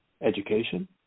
education